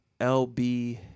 LB